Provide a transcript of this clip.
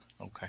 okay